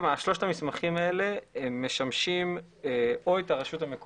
שלושת המסמכים האלה משמשים או את הרשות המקומית